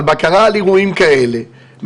תראו,